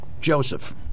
Joseph